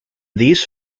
these